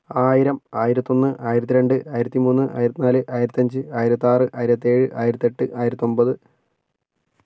ആയിരം ആയിരത്തൊന്ന് ആയിരത്തി രണ്ട് ആയിരത്തി മൂന്ന് ആയിരത്തി നാല് ആയിരത്തഞ്ച് ആയിരത്താറ് ആയിരത്തേഴ് ആയിരത്തെട്ട് ആയിരത്തൊൻപത്